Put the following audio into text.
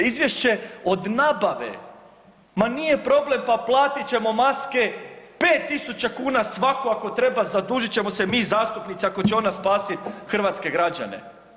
Izvješće od nabave ma nije problem pa platit ćemo maske 5 tisuća kuna svatko, ako treba zadužit ćemo se mi zastupnici ako će ona spasiti hrvatske građane.